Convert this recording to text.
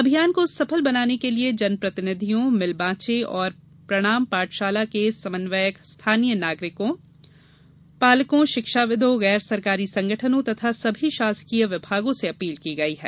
अभियान को सफल बनाने के लिये जन प्रतिनिधियों मिल बाँचे एवं प्रणाम पाठशाला के स्वयंसेवक स्थानीय नागरिकों पालकों शिक्षाविदों गैर सरकारी संगठनों तथा सभी शासकीय विभागों से अपील की गई है